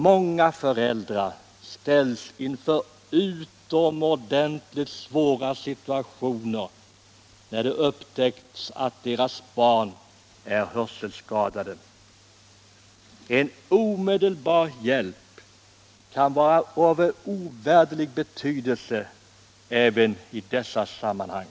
Många föräldrar Torsdagen den ställs inför utomordentligt svåra situationer när det upptäcks att deras 5 maj 1977 barn är hörselskadat. En omedelbar hjälp kan vara av ovärderlig betydelse — även i dessa sammanhang.